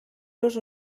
los